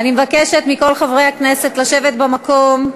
אני מבקשת מכל חברי הכנסת לשבת במקום.